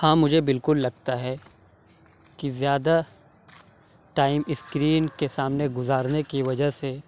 ہاں مجھے بالکل لگتا ہے کہ زیادہ ٹائم اسکرین کے سامنے گُزارنے کی وجہ سے